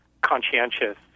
conscientious